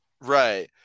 Right